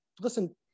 listen